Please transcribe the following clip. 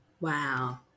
Wow